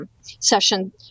session